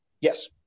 Yes